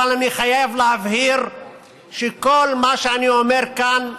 אבל אני חייב להבהיר שכל מה שאני אומר כאן,